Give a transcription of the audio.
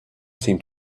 seemed